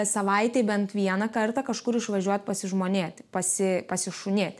savaitę bent vieną kartą kažkur išvažiuoti pasižmonėti pasi pasišunėti